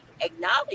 acknowledge